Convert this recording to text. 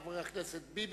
חבר הכנסת ביבי,